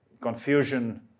confusion